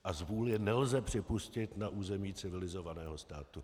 A zvůli nelze připustit na území civilizovaného státu.